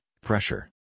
pressure